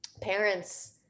parents